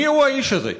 מיהו האיש הזה?